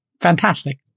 fantastic